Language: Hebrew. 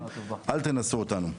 אל תנסו אותנו.